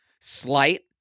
slight